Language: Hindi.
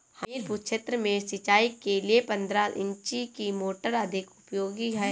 हमीरपुर क्षेत्र में सिंचाई के लिए पंद्रह इंची की मोटर अधिक उपयोगी है?